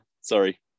sorry